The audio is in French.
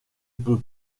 peux